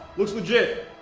looks legit.